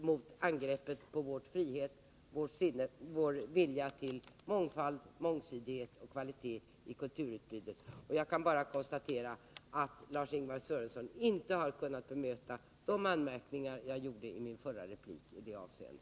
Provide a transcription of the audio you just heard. mot angreppet för vårt värnande om friheten och vår vilja till mångfald, mångsidighet och kvalitet i kulturutbudet. Jag kan bara konstatera att Lars-Ingvar Sörenson inte har kunnat bemöta de anmärkningar som jag i det avseendet gjorde i min förra replik.